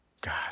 God